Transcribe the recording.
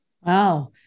Wow